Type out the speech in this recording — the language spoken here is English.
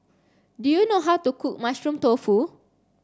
do you know how to cook mushroom tofu